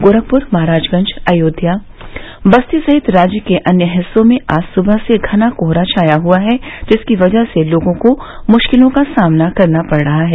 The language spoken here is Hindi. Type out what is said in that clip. गोरखप्र महराजगंज अयोध्या बस्ती सहित राज्य के अन्य हिस्सों में आज सुवह से घना कोहरा छाया हुआ है जिसकी वजह से लोगों को मुश्किलों का सामना करना पड़ रहा है